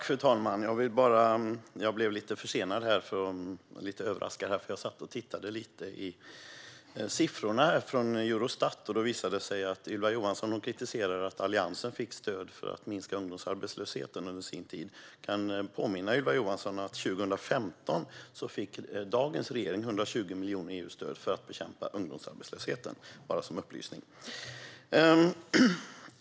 Fru talman! Jag satt och tittade lite på siffrorna från Eurostat. Ylva Johansson kritiserade att Alliansen fick stöd för att minska ungdomsarbetslösheten under sin tid. Då kan jag påminna Ylva Johansson om att 2015 fick dagens regering 120 miljoner i EU-stöd för att bekämpa ungdomsarbetslösheten - bara som en upplysning.